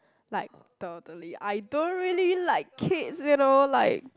like totally I don't really like kids you know like